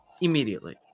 Immediately